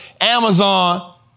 Amazon